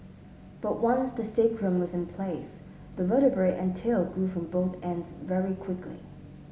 but once the sacrum was in place the vertebrae and tail grew from both ends very quickly